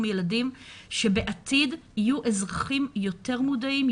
ילדים שבעתיד יהיו אזרחים יותר מודעים,